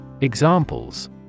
Examples